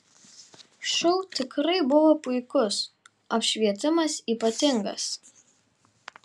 šou tikrai buvo puikus apšvietimas ypatingas